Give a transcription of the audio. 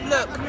Look